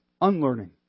unlearning